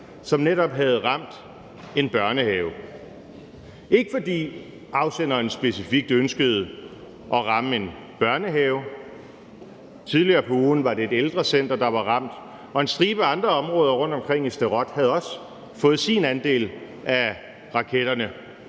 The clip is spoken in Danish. som netop havde ramt en børnehave. Det var ikke, fordi afsenderen specifikt ønskede at ramme en børnehave, for tidligere på ugen var det et ældrecenter, der var ramt, og en stribe andre områder rundtomkring i Sderot havde også fået sin andel af raketterne.